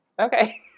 Okay